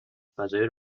فضایی